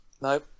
No